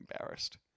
embarrassed